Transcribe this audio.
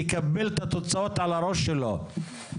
יקבל את התוצאות על הראש שלו.